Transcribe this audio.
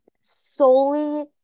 solely